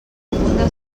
problemes